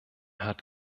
hat